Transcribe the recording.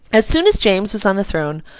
as soon as james was on the throne,